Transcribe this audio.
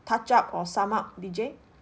touch up or sum up D_J